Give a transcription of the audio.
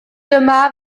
dyma